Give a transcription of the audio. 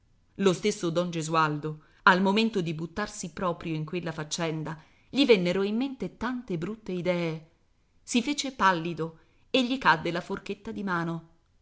lo stesso don gesualdo al momento di buttarsi proprio in quella faccenda gli vennero in mente tante brutte idee si fece pallido e gli cadde la forchetta di mano